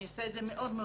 אני אעשה את זה מאוד מאוד